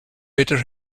better